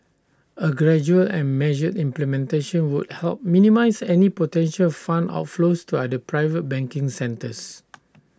A gradual and measured implementation would help minimise any potential fund outflows to other private banking centres